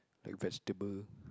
like vegetable